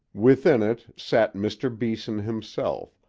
within it sat mr. beeson himself,